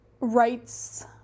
rights